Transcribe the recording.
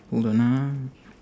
hold on ah